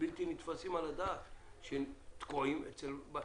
בלתי מתקבלים על הדעת שתקועים אצל בעלי האולמות.